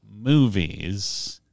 movies